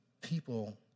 people